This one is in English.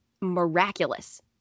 miraculous